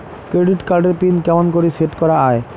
Credit card এর pin কেমন করি সেট করা য়ায়?